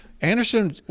Anderson